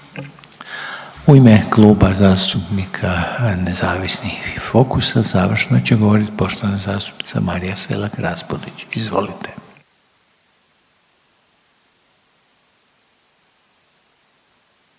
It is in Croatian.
U ime Kluba zastupnika nezavisnih i Fokusa završno će govorit poštovana zastupnica Marija Selak Raspudić, izvolite.